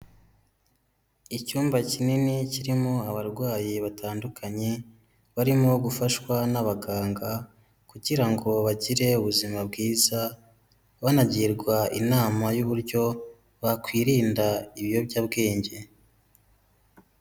Icyumba kinini kirimo abarwayi batandukanye, barimo gufashwa n'abaganga kugira ngo bagire ubuzima bwiza, banagirwa inama y'uburyo, bakwirinda ibiyobyabwenge.